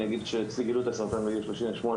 את הסרטן הייתי בן 38,